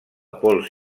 pols